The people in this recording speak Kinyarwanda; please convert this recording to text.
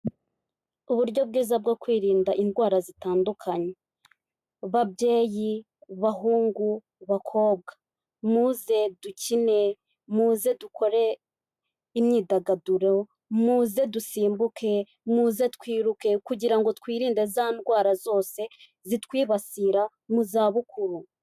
Uburyo bwiza bwo kwirinda indwara zitandukanye, babyeyi, bahungu, bakobwa muze dukine, muze dukore imyidagaduro, muze dusimbuke, muze twiruke kugira ngo twirinde za ndwara zose zitwibasira mu zabukuru.